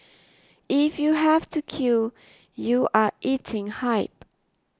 if you have to queue you are eating hype